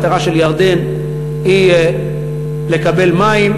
המטרה של ירדן היא לקבל מים,